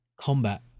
combat